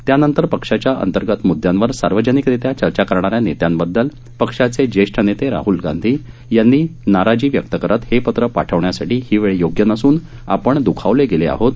त्यानंतर पक्षाच्या अंतर्गत मुदयांवर सार्वजनिकरित्या चर्चा करणाऱ्या नेत्यांबददल पक्षाचे ज्येष्ठ नेते राहल गांधी यांनी नाराजी व्यक्त करत हे पत्र पाठवण्यासाठी ही वेळ योग्य नसून आपण दखावले गेले आहोत